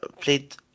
played